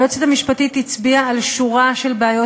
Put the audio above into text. היועצת המשפטית הצביעה על שורה של בעיות